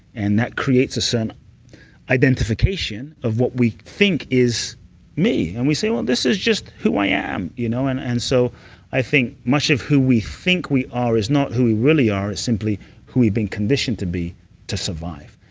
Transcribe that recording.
and that creates a certain identification of what we think is me and we say, well, this is just who i am. you know and and so i think much of who we think we are is not who we really are, it's simply who we've been conditioned to be to survive.